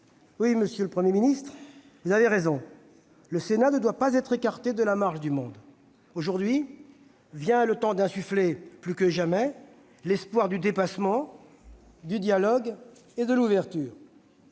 Oui, monsieur le Premier ministre, vous avez raison, le Sénat ne doit pas être écarté de la « marche du monde ». Aujourd'hui vient le temps d'insuffler, plus que jamais, l'espoir du dépassement, du dialogue, de l'ouverture.